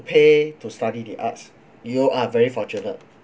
pay to study the arts you are very fortunate